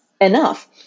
enough